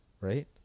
right